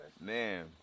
Man